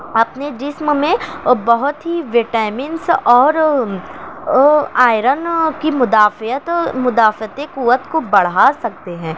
اپنے جسم میں بہت ہی وٹامنس اور آئرن کی مدافعت مدافعتی قوت كو بڑھا سکتے ہیں